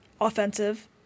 offensive